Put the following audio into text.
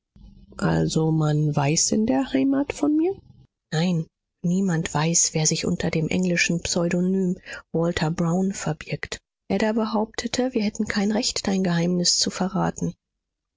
also man weiß in der heimat von mir nein niemand weiß wer sich unter dem englischen pseudonym walther brown verbirgt ada behauptete wir hätten kein recht dein geheimnis zu verraten